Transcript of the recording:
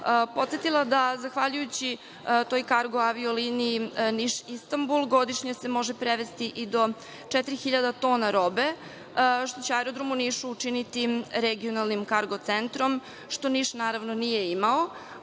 podsetila da zahvaljujući toj kargo avio liniji Niš-Istanbul, godišnje se može prevesti i do 4.000 tona robe, što će aerodrom u Nišu učiniti regionalnim kargo centrom, što Niš, naravno, nije imao,